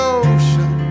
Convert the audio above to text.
ocean